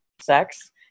sex